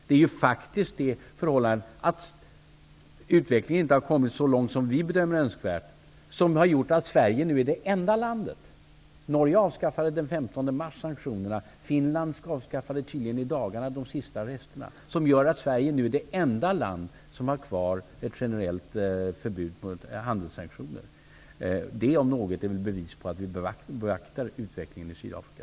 Det är faktiskt det förhållandet att utvecklingen inte har kommit så långt som vi bedömer önskvärt som har gjort att Sverige nu är det enda landet som har kvar handelssanktioner. Norge avskaffade sanktionerna den 15 mars, och Finland avskaffade tydligen i dagarna de sista resterna. Det om något är väl ett bevis på att vi beaktar utvecklingen i Sydafrika?